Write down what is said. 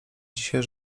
dzisiaj